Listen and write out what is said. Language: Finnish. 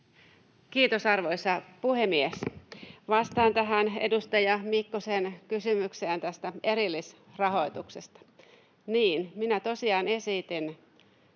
Kiitos, arvoisa puhemies! Vastaan edustaja Mikkosen kysymykseen tästä erillisrahoituksesta. Niin, minä tosiaan esitin